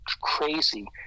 crazy